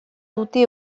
dute